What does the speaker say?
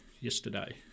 yesterday